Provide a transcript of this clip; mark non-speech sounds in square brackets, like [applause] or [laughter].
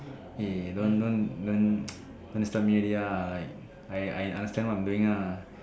hey don't don't don't [noise] disturb me already ah like I I understand what I'm doing ah